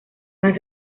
más